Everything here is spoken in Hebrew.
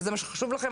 וזה מה שחשוב לכם,